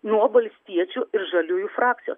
nuo valstiečių ir žaliųjų frakcijos